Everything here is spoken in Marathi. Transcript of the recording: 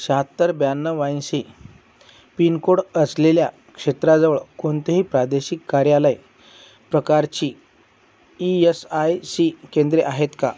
शहात्तर ब्याण्णव ऐंशी पिनकोड असलेल्या क्षेत्राजवळ कोणतेही प्रादेशिक कार्यालय प्रकारची ई एस आय सी केंद्रे आहेत का